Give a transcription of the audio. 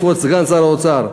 כבוד סגן שר האוצר.